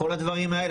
כל הדברים האלה.